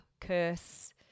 curse